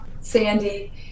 sandy